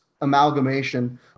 amalgamation